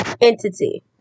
entity